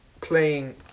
Playing